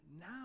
now